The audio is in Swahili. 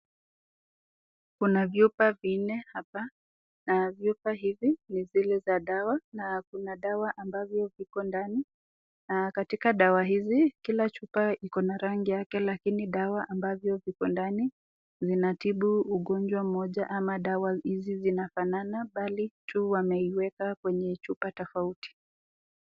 Kuna vyupa vinne hapa na vyupa hivi ni zile za dawa. Na kuna dawa ambavyo viko ndani na katika dawa hizi kila chupa iko na rangi yake lakini dawa ambavyo viko ndani vinatibu ugonjwa moja ama dawa hizi zinafanana bali tu wameiweka kwenye chupa tofauti.